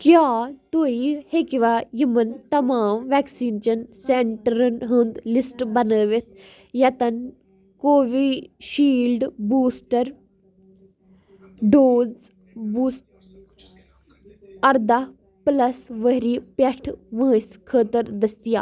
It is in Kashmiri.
کیٛاہ تُہۍ ہیٚکوا یِمَن تمام وٮ۪کسیٖنچن سینٹرن ہُنٛد لسٹ بنٲوِتھ یتن کووِشیٖلڈ بوٗسٹر ڈوز بُس اَرداہ پٕلس ؤہری پٮ۪ٹھ وٲنٛسہِ خٲطرٕ دٔستِیاب